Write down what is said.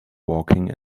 walking